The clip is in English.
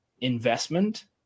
investment